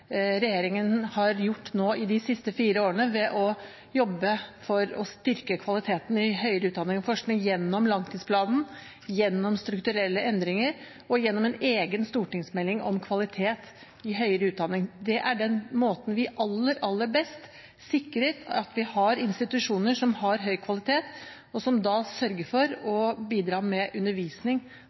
regjeringen har gjort nå i de siste fire årene, ved å jobbe for å styrke kvaliteten i høyere utdanning og forskning gjennom langtidsplanen, gjennom strukturelle endringer og gjennom en egen stortingsmelding om kvalitet i høyere utdanning. Det er på den måten vi aller, aller best sikrer at vi har institusjoner som har høy kvalitet, og som sørger for å bidra med undervisning